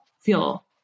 feel